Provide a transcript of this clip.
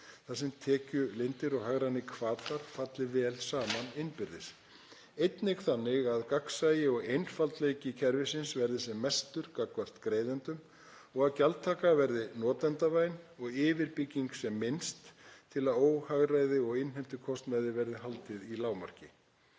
þar sem tekjulindir og hagrænir hvatar falli vel saman innbyrðis. Einnig þannig að gagnsæi og einfaldleiki kerfisins verði sem mestur gagnvart greiðendum og að gjaldtaka verði notendavæn og yfirbygging sem minnst til að óhagræði og innheimtukostnaði verði haldið í lágmarki.